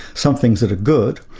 some things that are good,